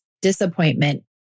disappointment